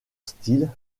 style